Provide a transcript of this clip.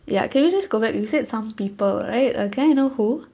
ya can you just go back you said some people right uh can I know who